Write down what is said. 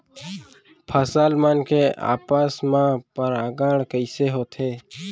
फसल मन के आपस मा परागण कइसे होथे?